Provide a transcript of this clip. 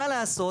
מה לעשות,